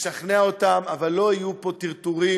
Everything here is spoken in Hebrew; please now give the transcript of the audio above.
לשכנע אותם, אבל לא יהיו פה טרטורים